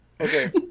Okay